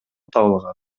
табылган